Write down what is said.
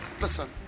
listen